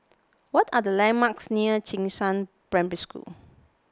what are the landmarks near Jing Shan Primary School